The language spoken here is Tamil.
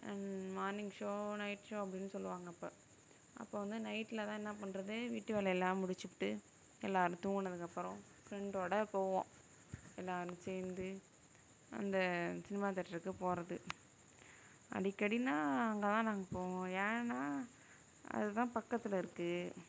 மார்னிங் ஷோ நைட் ஷோ அப்படின்னு சொல்லுவாங்க அப்போ அப்போ வந்து நைட்டில்தான் என்ன பண்ணுறது வீட்டு வேலையெல்லாம் முடிச்சுப்புட்டு எல்லோரும் தூங்குனதுக்கப்புறம் ஃப்ரண்டோடு போவோம் எல்லோரும் சேர்ந்து அந்த சினிமா தியேட்டருக்குப் போவது அடிக்கடினால் அங்கேதான் நாங்கள் போவோம் ஏனால் அதுதான் பக்கத்தில் இருக்குது